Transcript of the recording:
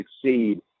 succeed